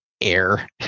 air